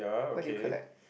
what do you collect